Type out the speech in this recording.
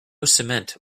cement